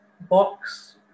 box